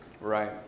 Right